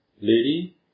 lady